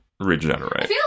Regenerate